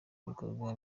ibikorwa